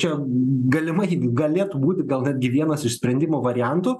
čia galimai galėtų būti gal netgi vienas iš sprendimo variantų